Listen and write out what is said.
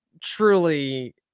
truly